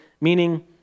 meaning